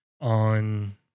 on